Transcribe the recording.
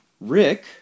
Rick